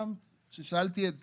גם כששאלתי את